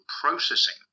processing